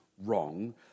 wrong